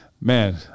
man